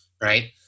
right